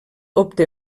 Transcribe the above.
obté